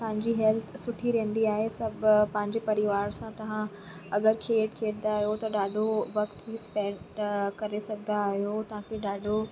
तव्हांजी हैल्थ सुठी रहंदी आहे सभु पंहिंजे परिवार सां तव्हां अगरि खेलु खेॾंदा आहियो त ॾाढो वक़्त बि स्पेन्ड करे सघंदा आहियो तव्हांखे ॾाढो